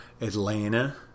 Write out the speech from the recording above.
Atlanta